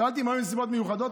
שאלתי: היו נסיבות מיוחדות?